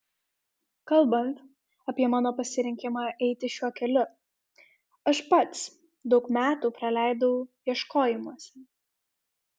kalbant apie mano pasirinkimą eiti šiuo keliu aš pats daug metų praleidau ieškojimuose